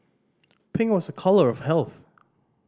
pink was a colour of health